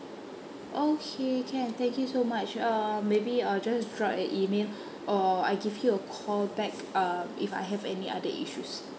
okay can thank you so much um maybe I'll just drop an email or I give you a call back um if I have any other issues